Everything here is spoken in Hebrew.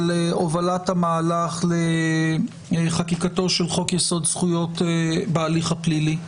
על הובלת המהלך לחקיקת חוק זכויות בהליך הפלילי,